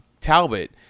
Talbot